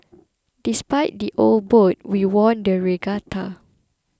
despite the old boat we won the regatta